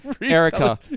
Erica